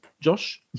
Josh